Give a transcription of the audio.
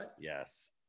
Yes